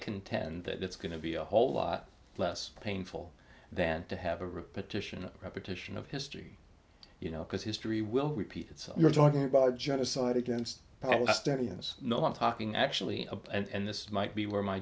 contend that it's going to be a whole lot less painful than to have a petition a repetition of history you know because history will repeat itself you're talking about genocide against palestinians no i'm talking actually up and this might be where my